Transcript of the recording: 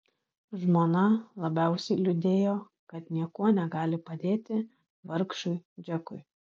žmona labiausiai liūdėjo kad niekuo negali padėti vargšui džekui